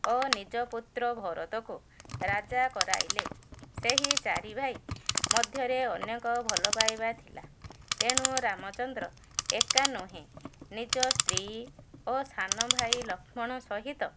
ଓ ନିଜ ପୁତ୍ର ଭରତକୁ ରାଜା କରାଇଲେ ସେହି ଚାରି ଭାଇ ମଧ୍ୟରେ ଅନେକ ଭଲ ପାଇବା ଥିଲା ତେଣୁ ରାମଚନ୍ଦ୍ର ଏକା ନୁହେଁ ନିଜ ସ୍ତ୍ରୀ ଓ ସାନ ଭାଇ ଲକ୍ଷ୍ମଣ ସହିତ